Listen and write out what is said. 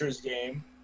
game